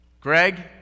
Greg